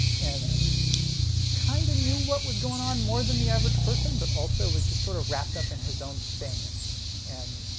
and kind of knew what was going on more than the average person, but also was just sort of wrapped up in his own thing and